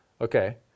Okay